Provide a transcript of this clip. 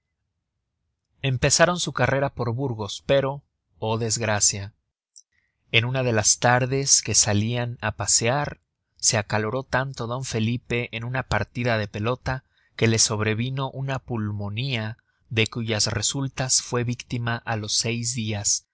empezaron su carrera por burgos pero oh desgracia en una de las tardes que salian á pasear se acaloró tanto d felipe en una partida de pelota que le sobrevino una pulmonía de cuyas resultas fue víctima á los seis dias